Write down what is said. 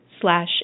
slash